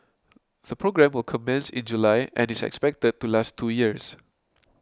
the programme will commence in July and is expected to last two years